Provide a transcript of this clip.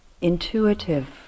intuitive